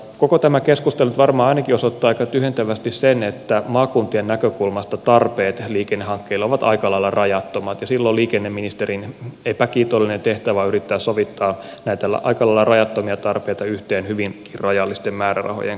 koko tämä keskustelu nyt varmaan ainakin osoittaa aika tyhjentävästi sen että maakuntien näkökulmasta tarpeet liikennehankkeille ovat aika lailla rajattomat ja silloin liikenneministerin epäkiitollinen tehtävä on yrittää sovittaa näitä aika lailla rajattomia tarpeita yhteen hyvinkin rajallisten määrärahojen kanssa